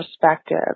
perspective